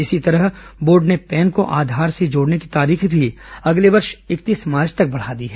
इसी तरह बोर्ड ने पैन को आधार से जोडने की तारीख भी अगले वर्ष इकतीस मार्च तक बढ़ा दी है